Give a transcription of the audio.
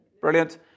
Brilliant